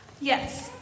Yes